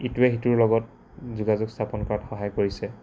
ইটোৱে সিটোৰ লগত যোগাযোগ স্থাপন কৰাত সহায় কৰিছে